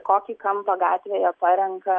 kokį kampą gatvėje parenka